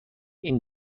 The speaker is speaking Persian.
این